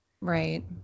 Right